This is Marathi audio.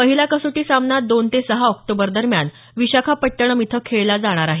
पहिला कसोटी सामना दोन ते सहा ऑक्टोबर दरम्यान विशाखापट्टणम इथं खेळला जाणार आहे